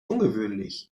ungewöhnlich